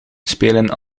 spelen